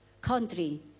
country